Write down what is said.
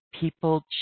people